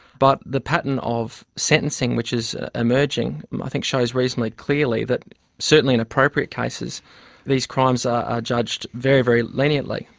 but the pattern of sentencing which is emerging i think shows reasonably clearly that certainly in appropriate cases these crimes are judged very, very leniently.